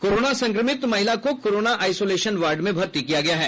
corona संक्रमित महिला को कोरोना आइसोलेशन वार्ड में भर्ती किया गया है